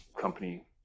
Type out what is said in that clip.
company